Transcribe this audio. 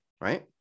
Right